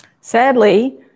Sadly